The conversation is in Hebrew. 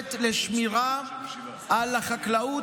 מועדפת לשמירה על החקלאות,